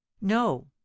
No